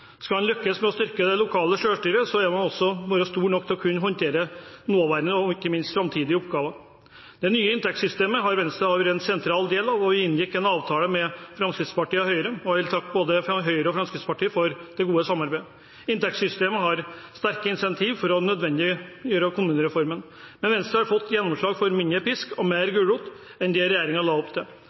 man også være store nok til å kunne håndtere nåværende og ikke minst framtidige oppgaver. Det nye inntektssystemet har Venstre vært en sentral del av, og vi inngikk en avtale med Fremskrittspartiet og Høyre. Jeg vil takke både Høyre og Fremskrittspartiet for det gode samarbeidet. Inntektssystemet har sterke incentiver for en nødvendig kommunereform, men Venstre har fått gjennomslag for mindre pisk og mer gulrot enn det regjeringen la opp til.